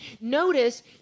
Notice